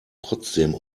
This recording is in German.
trotzdem